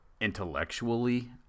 intellectually